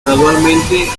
gradualmente